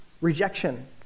rejection